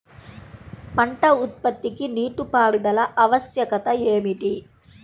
పంట ఉత్పత్తికి నీటిపారుదల ఆవశ్యకత ఏమిటీ?